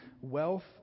wealth